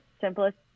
simplest